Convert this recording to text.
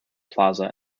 plaza